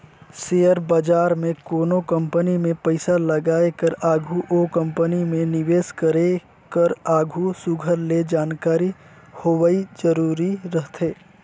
share बजार में कोनो कंपनी में पइसा लगाए कर आघु ओ कंपनी में निवेस करे कर आघु सुग्घर ले जानकारी होवई जरूरी रहथे